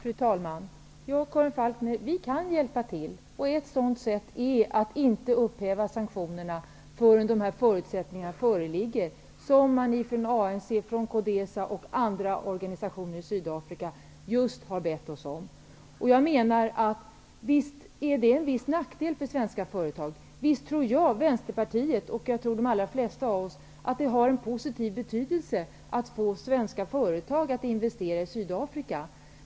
Fru talman! Ja, Karin Falkmer, vi kan hjälpa till. Ett sätt att hjälpa till är att vi inte upphäver sanktionerna förrrän de förutsättningar föreligger som man från ANC samt från Codesa och andra organisationer i Sydafrika har bett oss om. Visst finns här en viss nackdel för svenska företag. Och visst tror vi i Vänsterpartiet, och det gör väl även de flesta av oss här, att det är positivt om svenska företag kan få investera i Sydafrika.